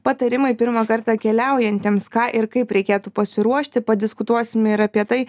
patarimai pirmą kartą keliaujantiems ką ir kaip reikėtų pasiruošti padiskutuosime ir apie tai